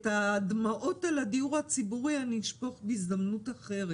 את הדמעות על הדיור הציבורי אני אשפוך בהזדמנות אחרת,